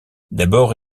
d’abord